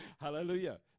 Hallelujah